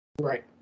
Right